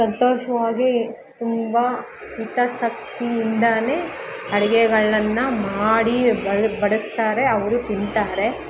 ಸಂತೋಷವಾಗಿ ತುಂಬ ಹಿತಾಸಕ್ತಿಯಿಂದ ಅಡುಗೆಗಳನ್ನು ಮಾಡಿ ಬಳ್ ಬಡಿಸ್ತಾರೆ ಅವರು ತಿಂತಾರೆ